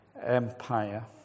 empire